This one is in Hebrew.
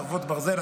חרבות ברזל),